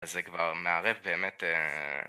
זה כבר מערב באמת